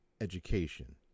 Education